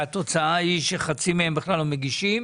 והתוצאה היא שחצי מהם בכלל לא מגישים,